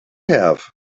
have